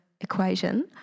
equation